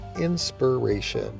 inspiration